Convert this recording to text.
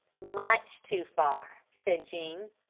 much too far, said jean.